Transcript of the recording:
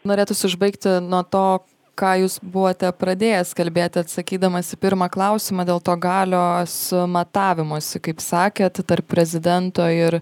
norėtųsi užbaigti nuo to ką jūs buvote pradėjęs kalbėti atsakydamas į pirmą klausimą dėl to galios matavimosi kaip sakėt tarp prezidento ir